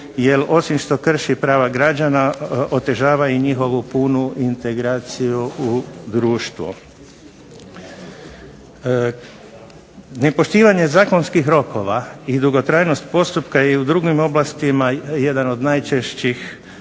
jer osim što krši prava građana, otežava i njihovu punu integraciju u društvo. Nepoštivanje zakonskih rokova i dugotrajnost postupka i u drugim oblastima jedan je od najčešćih